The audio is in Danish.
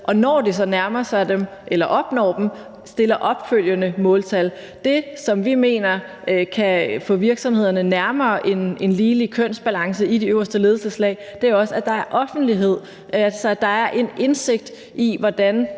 de, når de så nærmer sig dem eller opnår dem, opstiller opfølgende måltal. Det, som vi mener kan få virksomhederne nærmere en ligelig kønsbalance i de øverste ledelseslag, er også, at der er offentlighed, altså at der er en indsigt i, hvad